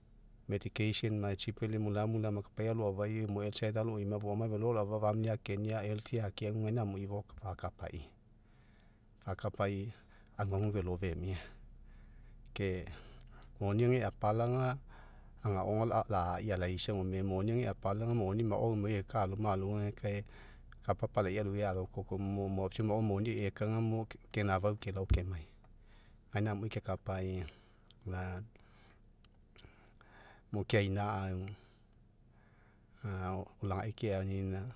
ma, otsipela, mulamula ma, kapai alo afai'i, emu aloima, foama velo aloafa, ake ania, akeagu, gaina amai fakapai. Fakapai aguagu velo femia. Ke moni ega apala ga, agao lai, agao alaisa, gome moni aga apala ga, moni mao emuai ageka, alouegekae, kapa apalai aloiai alokoko papiau mao moni ei eka gamo, kenafau kelao, kemai. Gaina amui kekapai, mo keaina'au. olagai keanina,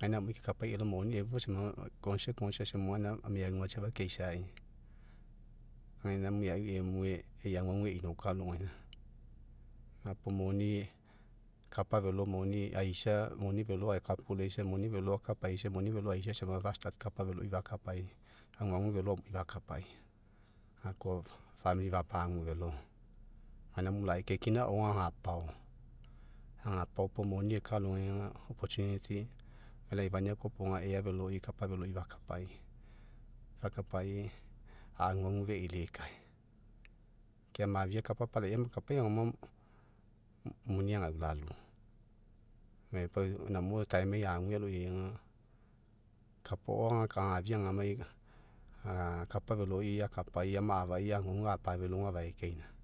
gaina amui kekapai, elao moni efua sama, gaina meauga safa keisai, gaina meaui emue, ei aguagua einokaa alogaina. Gapuo moni kapa velo, moni aisa, moni velo ae kapulaisa, moni velo akapaisa, moni velo aisa sama, fa kapa veloi, fakapai. Aguagu velo amui fekapai, gakoa fapagu velo, gaina mo lai kai, kina agao ga agapao. Agapao puo moni eka aloigai aga, laifania koa iopoga, ea veloi, kapa fakapai, fakapai a'aguagu feilikae. Ke amafia kapa apalai ama kapai agaoma, muni agaulalu. Gome pau, namo'o ai, aloiai ague aga, kapa agao agafia agamai, kapa veloi, akapai, ama'afai aguagu apavelo afaekaina.